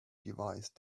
device